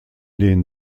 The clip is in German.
den